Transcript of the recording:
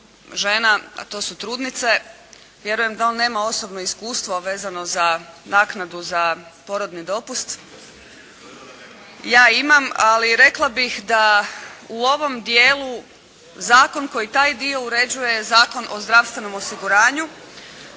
žena, a to su trudnice, vjerujem da on nema osobno iskustvo vezano za naknadu za porodni dopust, ja imam, ali rekla bih da u ovom dijelu zakon koji taj dio uređuje je Zakon o zdravstvenom osiguranju.